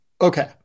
Okay